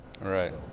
right